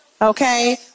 Okay